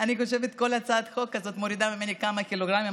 אני חושבת שכל הצעת חוק כזאת מורידה ממני כמה קילוגרמים,